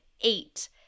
eight